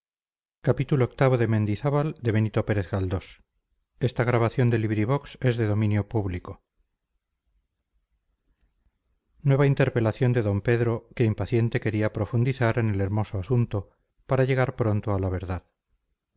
el nueva interpelación de d pedro que impaciente quería profundizar en el hermoso asunto para llegar pronto a la verdad